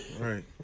Right